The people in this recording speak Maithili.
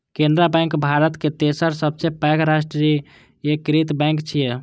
केनरा बैंक भारतक तेसर सबसं पैघ राष्ट्रीयकृत बैंक छियै